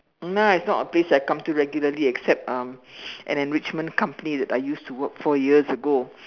no it's not a place I come to regularly except um an enrichment company that I used to work for years ago